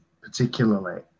particularly